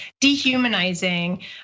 dehumanizing